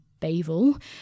Bavel